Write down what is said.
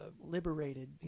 liberated